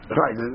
right